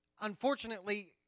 unfortunately